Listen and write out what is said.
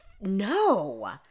No